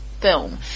film